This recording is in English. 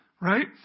Right